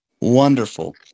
Wonderful